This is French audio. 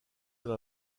dans